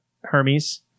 hermes